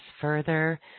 further